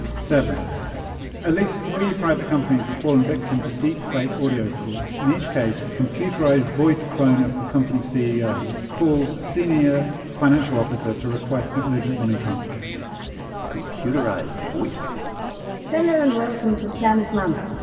seven at least three private companies have fallen victim to deepfake audio fraud. in each case, a computerized voice clone of the company's ceo calls a senior financial officer to request an urgent money transfer computerized voice clone hello, and welcome to planet money.